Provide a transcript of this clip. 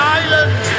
island